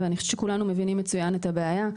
ואני חושבת שכולנו מבינים מצוין את הבעיה.